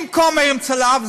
עם כומר עם צלב.